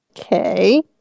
Okay